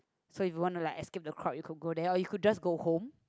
so if you want to like escape the crowd you could go there or you could just go home